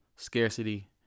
Scarcity